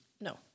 No